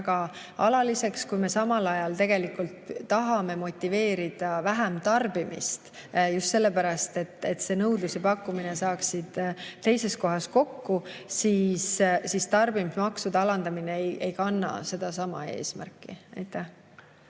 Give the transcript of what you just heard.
jääma alaliseks. Kui me samal ajal tegelikult tahame motiveerida vähem tarbimist just sellepärast, et nõudlus ja pakkumine saaksid teises kohas kokku, siis tarbimismaksude alandamine ei kanna sedasama eesmärki. Taavi